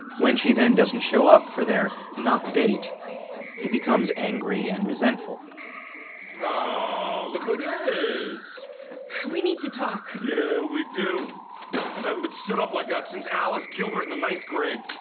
when she then doesn't show up for their not-date he becomes angry and resentful oh, look who it is we need to talk yeah we do i haven't been stood up like that since alice gilbert in the ninth grade